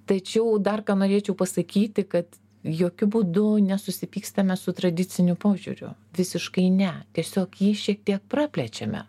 tačiau dar ką norėčiau pasakyti kad jokiu būdu nesusipykstame su tradiciniu požiūriu visiškai ne tiesiog jį šiek tiek praplečiame